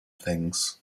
things